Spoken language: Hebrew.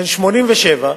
בן 87,